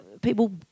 people